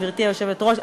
גברתי היושבת-ראש,